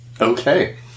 Okay